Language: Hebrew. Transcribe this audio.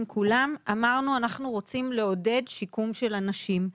כולם אמרנו שאנחנו רוצים לעודד שיקום של אנשים.